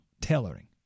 tailoring